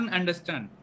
understand